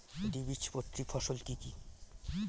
দ্বিবীজপত্রী ফসল কি কি?